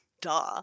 duh